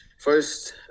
first